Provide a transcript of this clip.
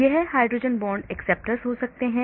यह hydrogen bond acceptors हो सकता है